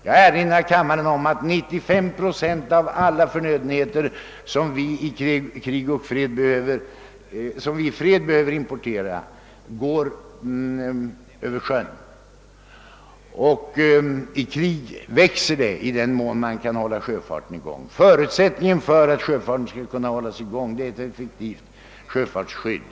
Jag erinrar kammaren om att vi importerar 93 procent av alla förnödenheter, som vi under fredstid behöver, över sjön. I krig växer behovet av denna import i den mån vi kan hålla sjöfarten i gång. Förutsättningen för att sjöfarten skall löpa är ett effektivt sjöfartsskydd.